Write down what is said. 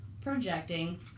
projecting